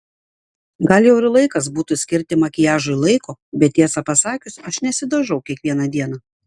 gal jau ir laikas būtų skirti makiažui laiko bet tiesą pasakius aš nesidažau kiekvieną dieną